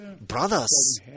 brothers